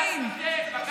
אם הוא כל